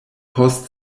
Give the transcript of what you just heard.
post